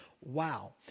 Wow